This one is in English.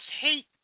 hate